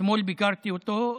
אתמול ביקרתי אותו.